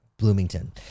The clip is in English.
bloomington